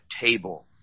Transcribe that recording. table